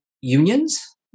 unions